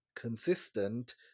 consistent